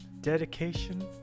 dedication